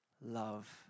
love